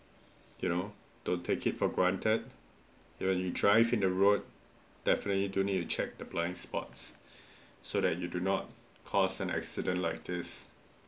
you know don't take it for granted when you drive in the road definitely do need to check the blind spots so that you do not cause an accident like this